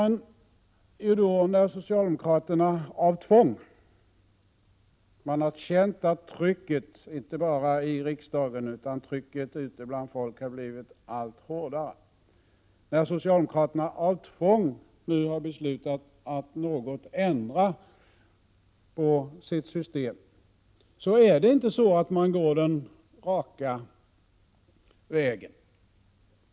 Nu har socialdemokraterna känt att trycket — inte bara i riksdagen utan också ute bland folk — har blivit allt hårdare. När de nu av tvång har beslutat att något ändra på sitt system, går man inte den raka vägen.